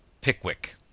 Pickwick